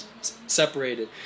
separated